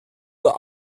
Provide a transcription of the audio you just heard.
the